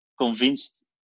convinced